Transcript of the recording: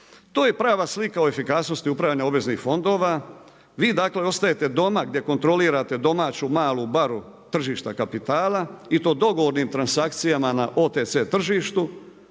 To je prava slika o efikasnosti upravljanja obveznih fondova, vi dakle ostajete doma gdje kontrolirate domaću malu baru tržišta kapitala i to dogovornim transakcijama na OTC tržištu,